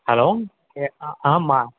hello మా